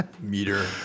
meter